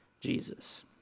Jesus